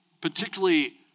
particularly